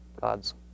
God's